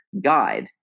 guide